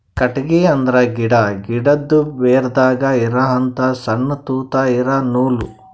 ಕಟ್ಟಿಗಿ ಅಂದ್ರ ಗಿಡಾ, ಗಿಡದು ಬೇರದಾಗ್ ಇರಹಂತ ಸಣ್ಣ್ ತೂತಾ ಇರಾ ನೂಲ್